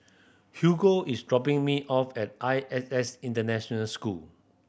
Hugo is dropping me off at I S S International School